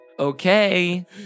Okay